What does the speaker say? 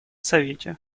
совете